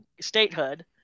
statehood